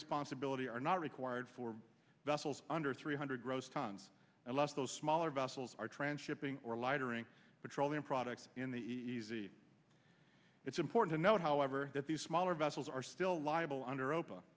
responsibility are not required for vessels under three hundred gross tons unless those smaller vessels are tranship ing or lighter ing petroleum products in the easy it's important to note however that these smaller vessels are still alive under op